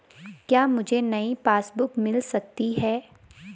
क्या मुझे नयी पासबुक बुक मिल सकती है?